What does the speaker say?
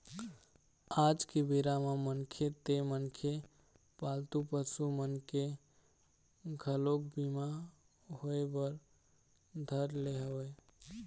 आज के बेरा म मनखे ते मनखे पालतू पसु मन के घलोक बीमा होय बर धर ले हवय